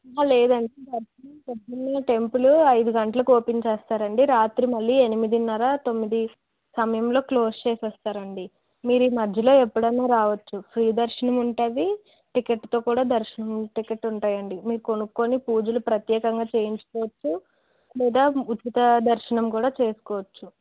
లేదండి దర్శనము పొద్దున్న టెంపులూ ఐదు గంటలకు ఓపెన్ చేస్తారండి రాత్రి మళ్ళీ ఎనిమిదినర తొమ్మిది సమయములో క్లోజ్ చేస్తారండి మీరు ఈ మధ్యలో ఎప్పుడన్న రావచ్చు ఫ్రీ దర్శనము ఉంటాది టిక్కెట్తో కూడ దర్శనం టికెట్ ఉంటాయండి మీరు కొనుక్కొని పూజలు ప్రత్యేకంగా చేయించుకోవచ్చు లేదా ఉచిత దర్శనము కూడా చేసుకోవచ్చు